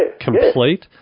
complete